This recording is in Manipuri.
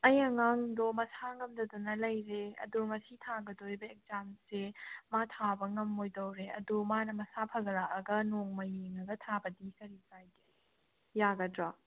ꯑꯩ ꯑꯉꯥꯡꯗꯣ ꯃꯁꯥ ꯉꯝꯗꯗꯅ ꯂꯩꯔꯦ ꯑꯗꯣ ꯉꯁꯤ ꯊꯥꯒꯗꯣꯔꯤꯕ ꯑꯦꯛꯖꯥꯝꯁꯦ ꯃꯥ ꯊꯥꯕ ꯉꯝꯃꯣꯏꯗꯧꯔꯦ ꯑꯗꯨ ꯃꯥꯅ ꯃꯁꯥ ꯐꯒꯠꯂꯛꯑꯒ ꯅꯣꯡꯃ ꯌꯦꯡꯉꯒ ꯊꯥꯕꯗꯤ ꯀꯔꯤ ꯀꯥꯏꯒꯦ ꯌꯥꯒꯗ꯭ꯔꯣ